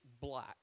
black